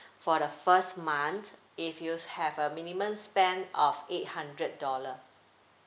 for the first month if you have a minimum spend of eight hundred dollar